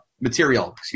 material